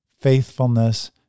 faithfulness